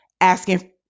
asking